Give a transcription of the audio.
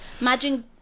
imagine